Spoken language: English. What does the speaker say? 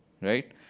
right?